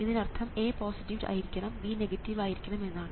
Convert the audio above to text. ഇതിനർത്ഥം A positive ആയിരിക്കണം B negative ആയിരിക്കണം എന്നാണ്